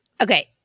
Okay